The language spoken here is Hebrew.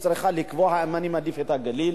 היא צריכה לקבוע: האם אני מעדיף את הגליל,